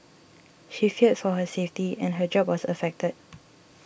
she feared for her safety and her job was affected